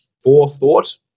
forethought